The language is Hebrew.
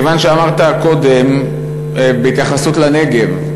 כיוון שאמרת קודם בהתייחסות לנגב,